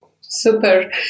Super